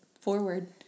forward